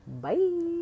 bye